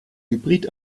hybrid